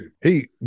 Hey